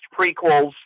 prequels